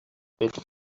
bit